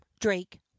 Drake